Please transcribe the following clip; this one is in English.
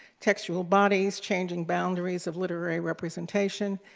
textual bodies changing boundaries of literary representation,